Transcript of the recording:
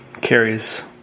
carries